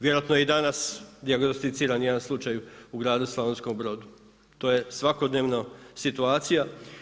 Vjerojatno je i danas dijagnosticiran jedan slučaj u gradu Slavonskom Brodu, to je svakodnevna situacija.